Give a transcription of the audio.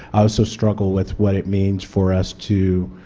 so struggle with what it means for us to,